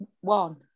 One